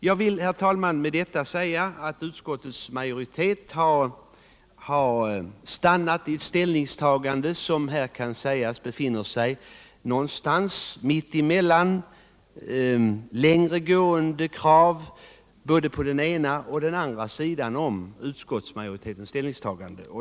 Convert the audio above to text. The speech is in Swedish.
Jag vill, herr talman, med detta säga att utskottsmajoriteten har stannat för ett ställningstagande som kan sägas befinna sig någonstans mitt emellan längre gående krav på både ena och andra sidan om utskottsmajoritetens ställningstagande.